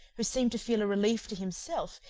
who seemed to feel a relief to himself,